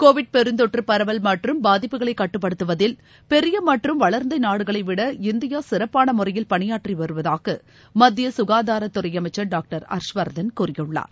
Covid பெருந்தொற்று பரவல் மற்றும் பாதிப்புகளை கட்டுப்படுத்துவதில் பெரிய மற்றும் வளர்ந்த நாடுகளைவிட இந்தியா சிறப்பான முறையில் பணியாற்றி வருவதாக மத்திய சுகாதாரத் துறை அமைச்சர் டாங்டர் ஹர்ஷ்வர்தன் கூறியுள்ளார்